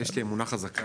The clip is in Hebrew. יש לי אמונה חזקה,